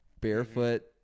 barefoot